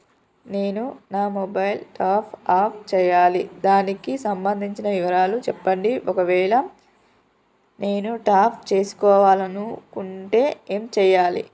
నేను నా mobile top up చేయాలి దానికి సంబంధించిన వివరాలు చెప్పండి ఒకవేళ నేను టాప్ చేసుకోవాలనుకుంటే ఏం చేయాలి?